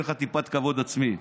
אין לך טיפת כבוד עצמי.